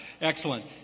Excellent